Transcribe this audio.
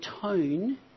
tone